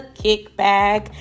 kickback